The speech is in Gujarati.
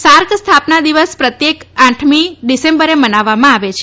સાર્ક સ્થાપના દિવસ પ્રત્યેક વર્ષે આઠમી ડિસેમ્બરે મનાવવામાં આવે છે